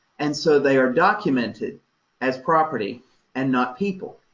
and so they are documented as property and not people.